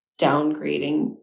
downgrading